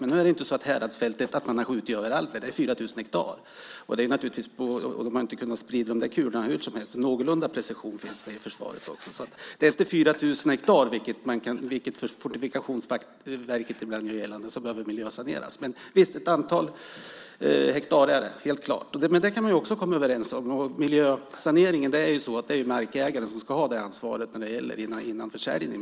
Men nu är det inte så att man har skjutit överallt på Häradsfältet. Det är 4 000 hektar. De har naturligtvis inte kunnat sprida de där kulorna hur som helst. Någorlunda precision finns det i försvaret också. Det är inte 4 000 hektar som behöver miljösaneras, vilket Fortifikationsverket ibland gör gällande. Helt klart är det ett antal hektar, men det kan man också komma överens om. Miljösaneringen ska markägaren ha ansvaret för innan försäljningen.